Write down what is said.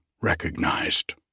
recognized